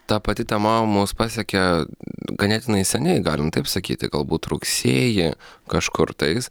ta pati tema mus pasiekė ganėtinai seniai galim taip sakyti galbūt rugsėjį kažkurtais